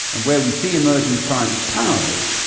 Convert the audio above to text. and where we see emerging science powers,